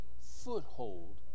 foothold